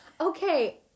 okay